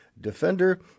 defender